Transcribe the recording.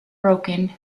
broken